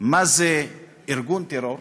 מה זה ארגון טרור,